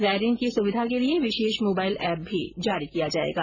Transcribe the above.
जायरीन की सुविधा के लिए विशेष मोबाईल एप भी जारी किया जाएगा